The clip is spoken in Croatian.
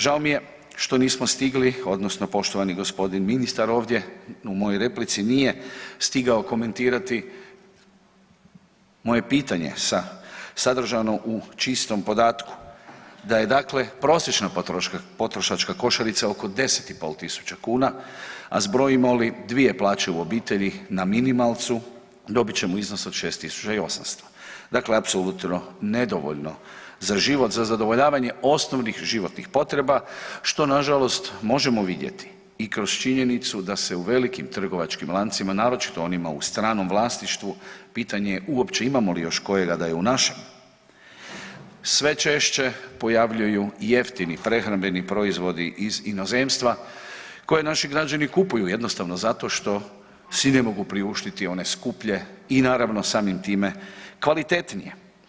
Žao mi je što nismo stigli odnosno poštovani g. ministar ovdje u mojoj replici nije stigao komentirati moje pitanje sadržano u čistom podatku, da je dakle prosječna potrošačka košarica oko 10.500 kuna, a zbrojimo li dvije plaće u obitelji na minimalcu dobit ćemo iznos od 6.800, dakle apsolutno nedovoljno za život, za zadovoljavanje osnovnih životnih potreba, što nažalost možemo vidjeti i kroz činjenicu da se u velikim trgovačkim lancima, naročito onima u stranom vlasništvu, pitanje je uopće li imamo još kojega da je u našem, sve češće pojavljuju jeftini prehrambeni proizvodi iz inozemstva koje naši građani kupuju jednostavno zato što si ne mogu priuštiti one skuplje i naravno samim time kvalitetnije.